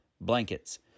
Blankets